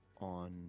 on